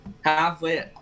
halfway